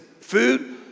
Food